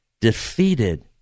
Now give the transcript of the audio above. defeated